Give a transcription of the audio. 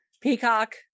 Peacock